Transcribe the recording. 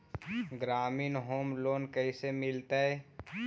ग्रामीण home loan कैसे मिलतै?